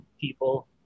people